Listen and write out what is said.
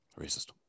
racist